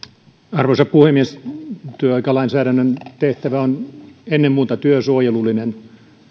arvoisa puhemies työaikalainsäädännön tehtävä on ennen muuta työsuojelullinen